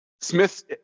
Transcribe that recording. Smith